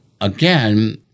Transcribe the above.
again